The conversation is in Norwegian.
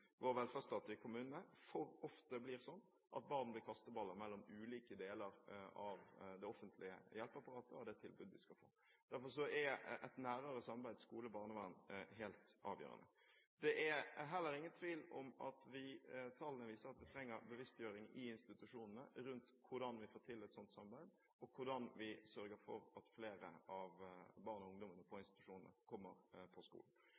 vår velferdsstat, for ofte blir sånn at barn blir kasteball mellom ulike deler av det offentlige hjelpeapparatet og det tilbudet de skal få. Derfor er et nærere samarbeid skole–barnevern helt avgjørende. Det er heller ingen tvil om at tallene viser at vi trenger bevisstgjøring i institusjonene om hvordan vi får til et sånt samarbeid, og hvordan vi sørger for at flere av barna og ungdommene på institusjonene kommer på skolen.